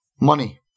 Money